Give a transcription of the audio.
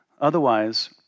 Otherwise